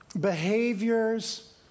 behaviors